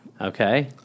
Okay